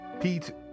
pete